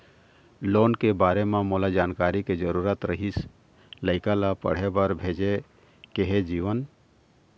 loan के बारे म मोला जानकारी के जरूरत रीहिस, लइका ला पढ़े बार भेजे के हे जीवन